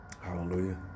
hallelujah